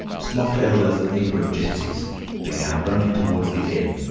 smocked elders and aproned gipsies began running towards the inn,